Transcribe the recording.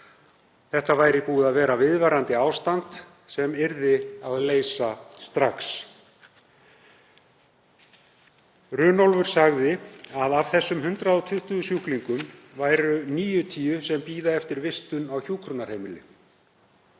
Þetta væri búið að vera viðvarandi ástand sem yrði að leysa strax. Runólfur sagði að af þessum 120 sjúklingum væru 90 sem bíða eftir vistun á hjúkrunarheimili.